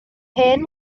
hen